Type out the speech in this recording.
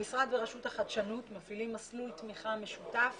המשרד ורשות החדשנות מפעילים מסלול תמיכה משותף